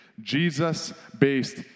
Jesus-based